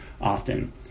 often